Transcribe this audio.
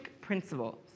principles